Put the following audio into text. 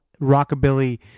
rockabilly